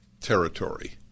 territory